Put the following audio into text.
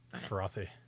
Frothy